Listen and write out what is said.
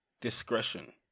discretion